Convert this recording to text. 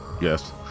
Yes